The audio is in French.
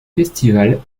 festivals